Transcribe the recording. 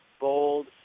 bold